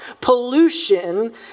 Pollution